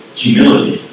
humility